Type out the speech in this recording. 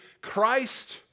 Christ